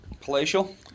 Palatial